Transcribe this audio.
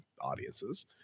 audiences